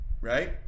right